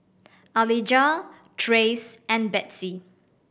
Alijah Trace and Betsey